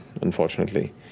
unfortunately